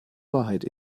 wahrheit